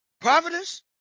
Providence